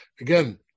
Again